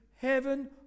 heaven